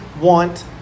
want